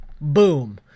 Boom